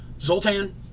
Zoltan